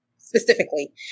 Specifically